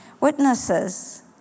witnesses